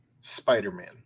Spider-Man